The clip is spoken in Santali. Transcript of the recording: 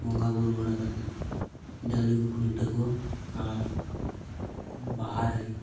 ᱵᱚᱸᱜᱟ ᱵᱩᱨᱩ ᱵᱟᱲᱟ ᱠᱟᱛᱮᱫ ᱰᱟᱝᱨᱤ ᱠᱚ ᱠᱷᱩᱱᱴᱟᱹᱣ ᱠᱚᱣᱟ ᱟᱨ ᱵᱟᱦᱟᱨᱮ